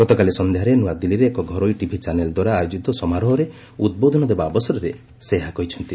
ଗତକାଲି ସନ୍ଧ୍ୟାରେ ନ୍ତଆଦିଲ୍ଲୀରେ ଏକ ଘରୋଇ ଟିଭି ଚ୍ୟାନେଲ୍ଦ୍ୱାରା ଆୟୋଜିତ ସମାରୋହରେ ଉଦ୍ବୋଧନ ଦେବା ଅବସରରେ ସେ ଏହା କହିଛନ୍ତି